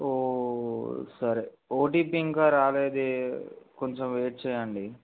ఓ సరే ఓటీపి ఇంకా రాలేది కొంచెం వెయిట్ చేయండి